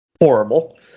horrible